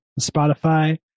Spotify